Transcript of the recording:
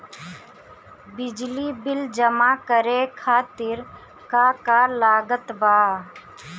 बिजली बिल जमा करे खातिर का का लागत बा?